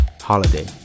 Holiday